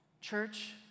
Church